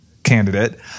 candidate